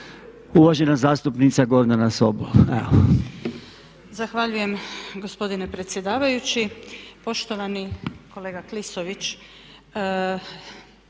Uvažena zastupnica Gordana Sobol.